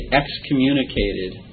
excommunicated